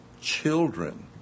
children